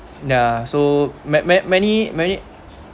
yeah so man~ man~ many many